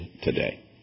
today